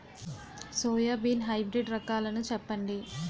Soybean hybrid రకాలను చెప్పండి?